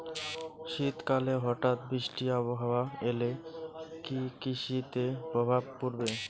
শীত কালে হঠাৎ বৃষ্টি আবহাওয়া এলে কি কৃষি তে প্রভাব পড়বে?